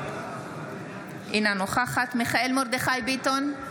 אינה נוכחת מיכאל מרדכי ביטון,